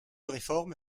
réforme